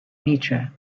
mitra